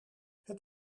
het